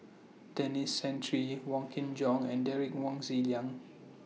Denis Santry Wong Kin Jong and Derek Wong Zi Liang